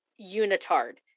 unitard